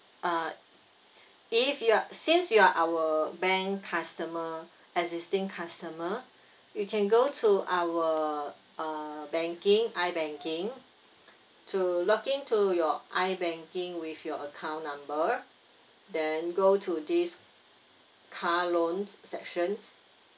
uh if you're since you are our bank customer existing customer you can go to our uh banking I banking to login to your I banking with your account number then go to this car loans sections